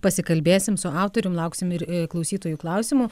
pasikalbėsim su autorium lauksim ir klausytojų klausimų